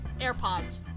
Airpods